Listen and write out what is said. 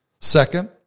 Second